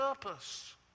purpose